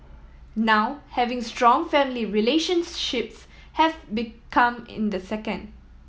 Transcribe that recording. now having strong family relationships have be come in the second